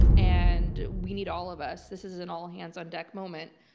and we need all of us. this is an all hands on deck moment.